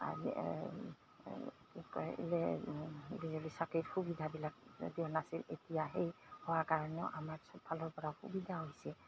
বিজুলী চাকিৰ সুবিধাবিলাক যদিও নাছিল এতিয়া সেই হোৱাৰ কাৰণেও আমাৰ চবফালৰপৰা সুবিধা হৈছে